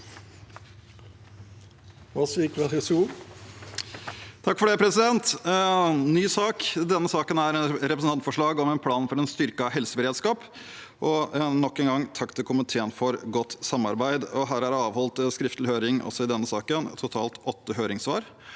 (ordfører for saken): Ny sak – denne saken er om et representantforslag om en plan for en styrket helseberedskap. Nok en gang takk til komiteen for godt samarbeid. Det er avholdt skriftlig høring også i denne saken, med totalt åtte høringssvar.